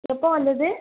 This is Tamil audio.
எப்போது வந்தது